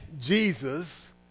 Jesus